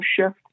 shift